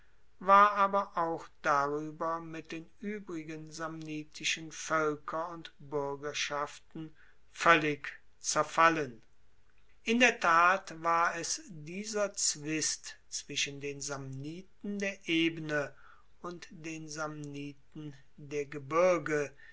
war aber auch darueber mit den uebrigen samnitischen voelker und buergerschaften voellig zerfallen in der tat war es dieser zwist zwischen den samniten der ebene und den samniten der gebirge